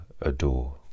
adore